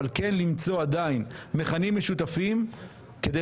אבל כן למצוא עדיין מכנים משותפים כדי